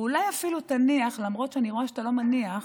ואולי אפילו תניח, למרות שאני רואה שאתה לא מניח,